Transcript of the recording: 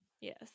Yes